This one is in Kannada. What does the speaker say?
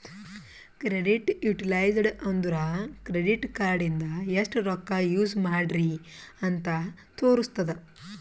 ಕ್ರೆಡಿಟ್ ಯುಟಿಲೈಜ್ಡ್ ಅಂದುರ್ ಕ್ರೆಡಿಟ್ ಕಾರ್ಡ ಇಂದ ಎಸ್ಟ್ ರೊಕ್ಕಾ ಯೂಸ್ ಮಾಡ್ರಿ ಅಂತ್ ತೋರುಸ್ತುದ್